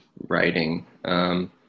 writing